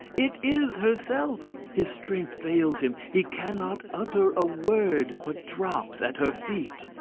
it is herself! his strength fails him, he cannot utter a word, but drops at her feet.